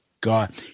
God